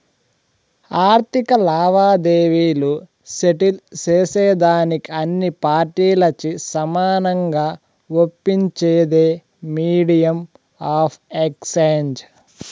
ఆర్థిక లావాదేవీలు సెటిల్ సేసేదానికి అన్ని పార్టీలచే సమానంగా ఒప్పించేదే మీడియం ఆఫ్ ఎక్స్చేంజ్